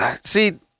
See